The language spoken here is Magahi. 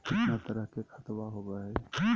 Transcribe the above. कितना तरह के खातवा होव हई?